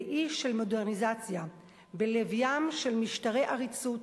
ואי של מודרניזציה בלב ים של משטרי עריצות,